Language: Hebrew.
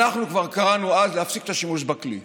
אנחנו קראנו כבר אז להפסיק את השימוש בכלי.